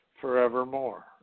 forevermore